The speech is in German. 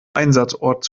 einsatzort